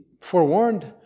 forewarned